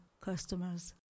customers